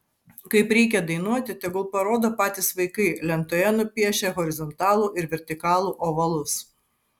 kaip reikia dainuoti tegul parodo patys vaikai lentoje nupiešę horizontalų ir vertikalų ovalus